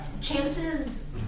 chances